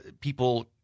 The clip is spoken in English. people